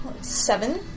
seven